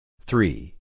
Three